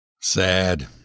Sad